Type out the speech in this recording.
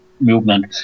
movement